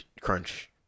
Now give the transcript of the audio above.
crunch